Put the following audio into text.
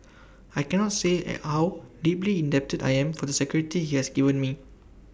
I cannot say and how deeply indebted I am for the security he has given me